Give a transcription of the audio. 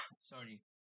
Sorry